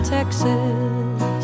Texas